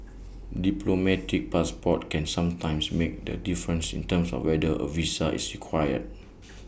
diplomatic passports can sometimes make the difference in terms of whether A visa is required